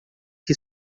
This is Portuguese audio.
que